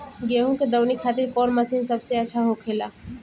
गेहु के दऊनी खातिर कौन मशीन सबसे अच्छा होखेला?